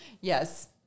Yes